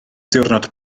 diwrnod